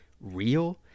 real